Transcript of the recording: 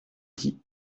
dit